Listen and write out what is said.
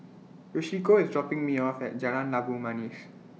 Yoshiko IS dropping Me off At Jalan Labu Manis